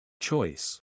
Choice